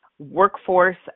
workforce